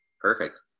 perfect